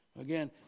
Again